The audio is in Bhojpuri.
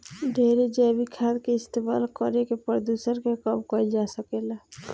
ढेरे जैविक खाद के इस्तमाल करके प्रदुषण के कम कईल जा सकेला